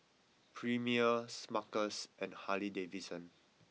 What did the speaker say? Premier Smuckers and Harley Davidson